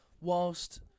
Whilst